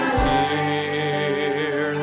dear